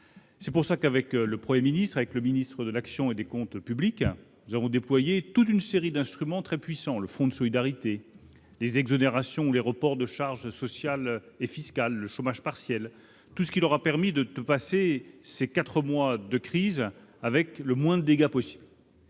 raison pour laquelle le Premier ministre, le ministre de l'action et des comptes publics et moi-même avons déployé toute une série d'instruments très puissants : le fonds de solidarité, les exonérations ou reports de charges sociales et fiscales, le chômage partiel, toutes mesures qui leur ont permis de passer ces quatre mois de crise avec le moins de dégâts possible.